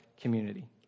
community